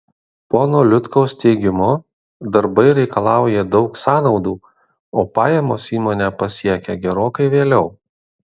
pono liutkaus teigimu darbai reikalauja daug sąnaudų o pajamos įmonę pasiekia gerokai vėliau